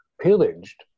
pillaged